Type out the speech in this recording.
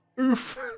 Oof